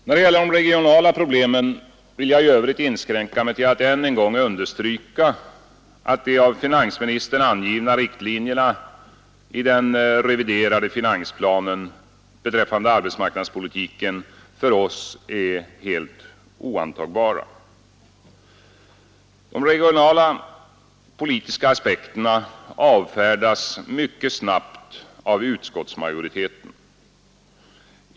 När det gäller de regionala problemen vill jag i övrigt inskränka mig till att än en gång understryka att de av finansministern angivna riktlinjerna i den reviderade finansplanen beträffande arbetsmarknadspolitiken för oss är helt oantagbara. De regionala politiska aspekterna avfärdas mycket snabbt av utskottsmajoriteten.